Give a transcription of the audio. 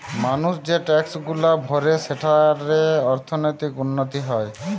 মানুষ যে ট্যাক্সগুলা ভরে সেঠারে অর্থনীতির উন্নতি হয়